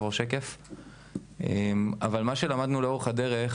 מה שלמדנו לאורך הדרך